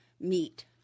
meet